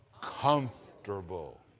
Comfortable